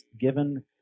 given